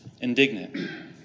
indignant